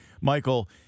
Michael